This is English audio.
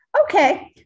okay